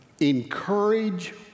encourage